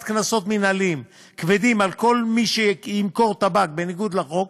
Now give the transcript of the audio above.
קנסות מינהליים כבדים על כל מי שימכור טבק בניגוד לחוק